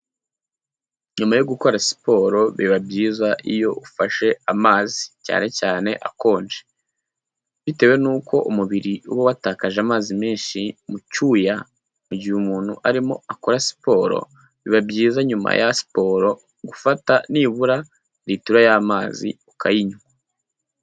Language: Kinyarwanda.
Nyuma yo gukora siporo biba byiza iyo ufashe amazi cyane cyane akonje. Bitewe n'uko umubiri uba watakaje amazi menshi mu cyuya mu gihe umuntu arimo akora siporo, biba byiza nyuma ya siporo gufata nibura litiro y'amazi ukayinywa.